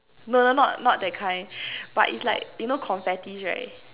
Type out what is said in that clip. no no no not not that kind but it's like you know confetti right